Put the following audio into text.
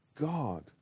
God